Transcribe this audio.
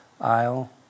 aisle